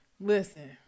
Listen